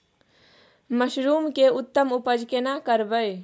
Mushroom के उत्तम उपज केना करबै?